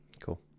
cool